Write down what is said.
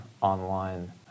online